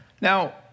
Now